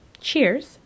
cheers